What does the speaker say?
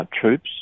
troops